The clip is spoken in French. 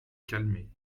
calmer